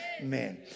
amen